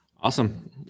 Awesome